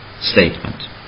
statement